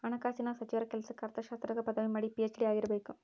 ಹಣಕಾಸಿನ ಸಚಿವರ ಕೆಲ್ಸಕ್ಕ ಅರ್ಥಶಾಸ್ತ್ರದಾಗ ಪದವಿ ಮಾಡಿ ಪಿ.ಹೆಚ್.ಡಿ ಆಗಿರಬೇಕು